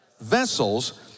vessels